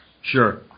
Sure